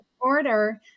order